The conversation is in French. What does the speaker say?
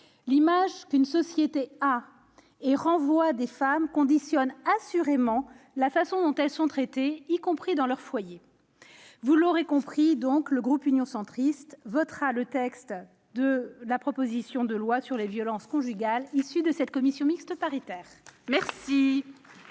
l'image qu'une société a et renvoie des femmes conditionne assurément la façon dont elles sont traitées, y compris dans leur foyer. Vous l'aurez compris, mes chers collègues, le groupe Union Centriste votera le texte de la proposition de loi sur les violences conjugales issu de la commission mixte paritaire. La